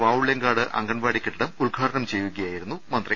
വാവുള്ള്യങ്കാട് അങ്കൺവാടി കെട്ടിടം ഉദ്ഘാടനം ചെയ്യുകയായിരുന്നു മന്ത്രി